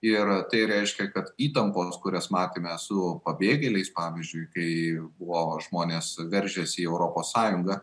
ir tai reiškia kad įtampoms kurias matėme su pabėgėliais pavyzdžiui kai buvo žmonės veržėsi į europos sąjungą